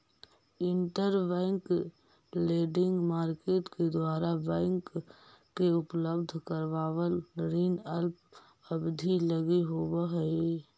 interbank lending market के द्वारा bank के उपलब्ध करावल ऋण अल्प अवधि लगी होवऽ हइ